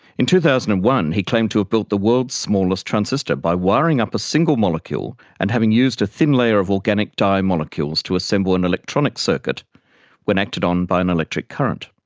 in two thousand and one, he claimed to have built the world's smallest transistor by wiring up a single molecule and having used a thin layer of organic dye molecules to assemble an electronic circuit when acted on by an electric current.